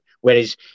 whereas